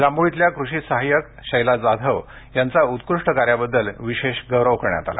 जांभूळ इथल्या कृषी सहाय्यक शैला जाधव यांचा उत्कृष्ट कार्याबद्दल विशेष गौरव करण्यात आला